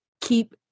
keep